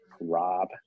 Rob